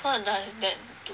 what does that do